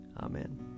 Amen